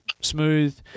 Smooth